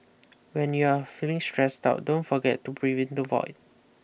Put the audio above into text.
when you are feeling stressed out don't forget to brave into the void